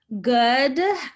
good